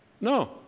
no